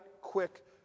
quick